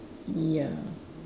ya